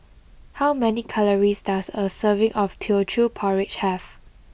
how many calories does a serving of Teochew Porridge have